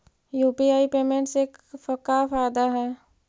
UPI payment से का फायदा है?